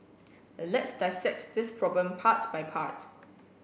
let's dissect this problem part by part